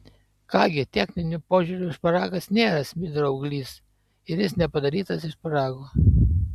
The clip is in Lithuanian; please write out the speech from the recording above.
ką gi techniniu požiūriu šparagas nėra smidro ūglis ir jis nepadarytas iš šparagų